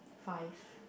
five